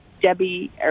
Debbie